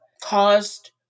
caused